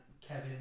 Kevin